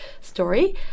story